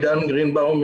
עידן גרינבאום,